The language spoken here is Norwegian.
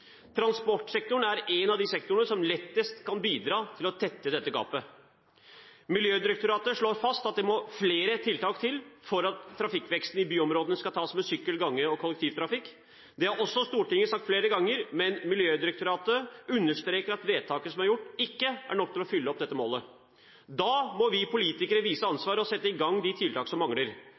Transportsektoren er en av de sektorene som lettest kan bidra til å tette dette gapet. Miljødirektoratet slår fast at det må flere tiltak til for at trafikkveksten i byområdene skal tas med sykkel-, gang- og kollektivtrafikk. Det har også Stortinget sagt flere ganger, men Miljødirektoratet understreker at vedtaket som er gjort, ikke er nok til å nå dette målet. Da må vi politikere vise ansvar og sette i verk de tiltak som mangler.